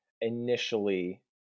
initially